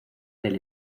del